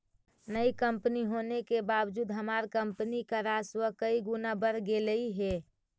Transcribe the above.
नई कंपनी होने के बावजूद हमार कंपनी का राजस्व कई गुना बढ़ गेलई हे